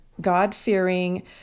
God-fearing